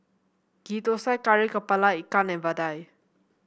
Ghee Thosai Kari kepala Ikan and vadai